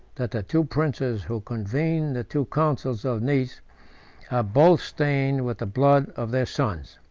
that the two princes who convened the two councils of nice are both stained with the blood of their sons.